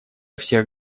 всех